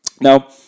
Now